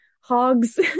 hogs